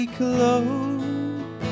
close